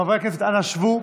חברי הכנסת, אנא שבו.